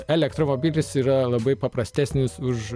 elektromobilis yra labai paprastesnis už